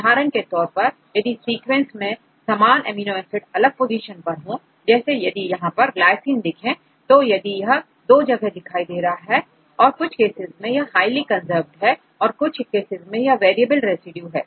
उदाहरण के तौर पर यदि सीक्वेंस मैं समान अमीनो एसिड अलग पोजीशन पर हों जैसे यदि हम यहां ग्लाइसिन देखें तो यदि यह दो जगह दिखाई दे रहा है और कुछ केसेस में यह हाईली कंजर्व्ड है और कुछ केस में यह वेरिएबल रेसिड्यू है